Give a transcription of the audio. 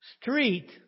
Street